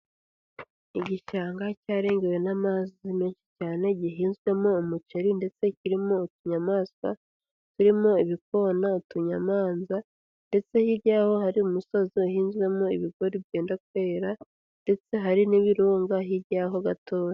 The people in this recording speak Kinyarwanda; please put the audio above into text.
Igishanga cyarengewe n'amazi menshi cyane, gihinzwemo umuceri, ndetse kirimo utunyamaswa, zirimo ibikona, utunyamanza, ndetse hirya yaho hari umu umusozi uhinzwemo ibigori byenda kwera, ndetse hari n'ibirunga hirya yaho gatoya.